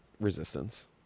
resistance